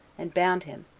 and bound him,